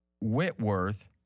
Whitworth